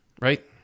right